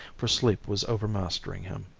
for sleep was overmastering him.